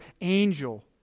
angel